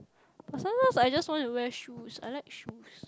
but sometimes I just want to wear shoes I like shoes